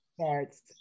starts